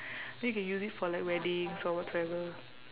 then you can use it for like weddings or whatsoever